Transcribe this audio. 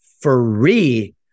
free